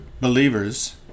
believers